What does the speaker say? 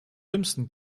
dümmsten